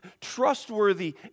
trustworthy